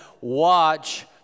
watch